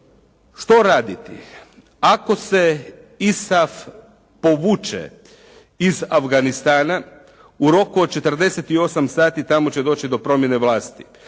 Što raditi? Ako se ISAF povuče iz Afganistana u roku od 48 sati tamo će doći do promjene vlasti.